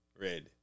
red